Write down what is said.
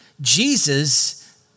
Jesus